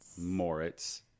Moritz